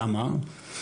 למה?